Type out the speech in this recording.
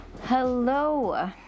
Hello